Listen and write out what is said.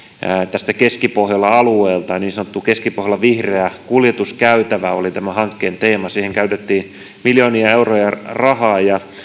tästä keskipohjolan alueelta niin sanottu keskipohjolan vihreä kuljetuskäytävä oli tämän hankkeen teema siihen käytettiin miljoonia euroja rahaa ja